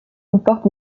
comporte